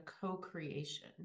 co-creation